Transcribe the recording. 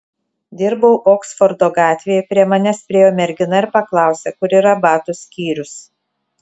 dirbau oksfordo gatvėje prie manęs priėjo mergina ir paklausė kur yra batų skyrius